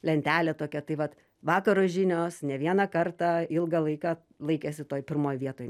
lentelė tokia tai vat vakaro žinios ne vieną kartą ilgą laiką laikėsi toj pirmoj vietoj